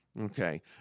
Okay